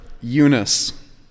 Eunice